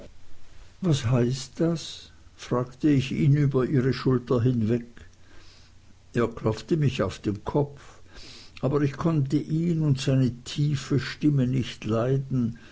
was heißt das fragte ich ihn über ihre schulter hinweg er klopfte mich auf den kopf aber ich konnte ihn und seine tiefe stimme nicht leiden